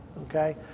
okay